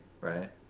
right